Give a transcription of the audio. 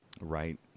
right